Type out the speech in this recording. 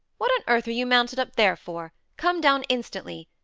what on earth are you mounted up there for? come down instantly.